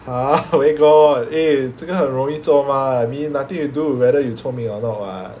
!huh! where got eh 这个很容易做 mah I mean nothing to do with whether you 聪明 or not [what]